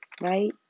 right